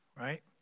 Right